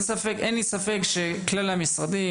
אין לי ספק שכלל המשרדים,